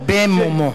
במומו.